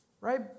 right